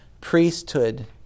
priesthood